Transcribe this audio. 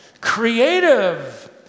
creative